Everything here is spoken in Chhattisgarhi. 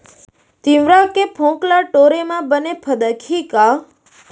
तिंवरा के फोंक ल टोरे म बने फदकही का?